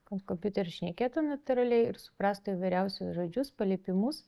kad kompiuteris šnekėtų natūraliai ir suprastų įvairiausius žodžius paliepimus